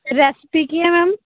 recipe ਕੀ ਹੈ ma'am